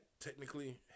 technically